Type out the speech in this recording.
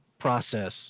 process